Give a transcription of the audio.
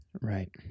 Right